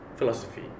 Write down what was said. philosophy